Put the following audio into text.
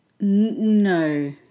No